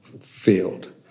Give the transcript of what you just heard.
field